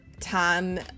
time